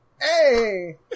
Hey